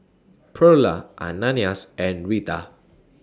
Pearla Ananias and Reta